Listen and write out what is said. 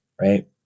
right